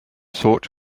thought